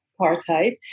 apartheid